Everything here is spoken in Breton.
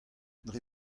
dre